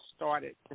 Started